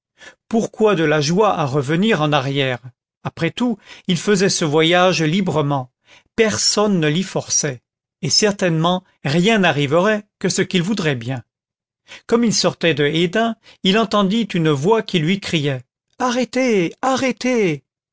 pourquoi de la joie à revenir en arrière après tout il faisait ce voyage librement personne ne l'y forçait et certainement rien n'arriverait que ce qu'il voudrait bien comme il sortait de hesdin il entendit une voix qui lui criait arrêtez arrêtez